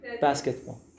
Basketball